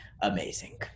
amazing